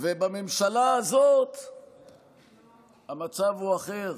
ובממשלה הזאת המצב הוא אחר.